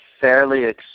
fairly